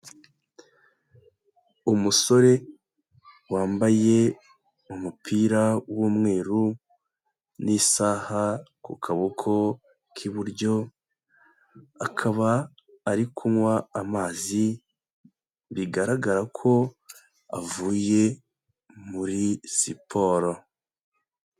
Umusore wambaye umupira w'umweru n'isaha ku kaboko k'iburyo, akaba ari kunywa amazi bigaragara ko avuye muri siporo.